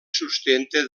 sustenta